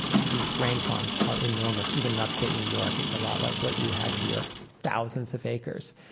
these grain farms are enormous, even in upstate new york. it's a lot like what you have here, thousands of acres.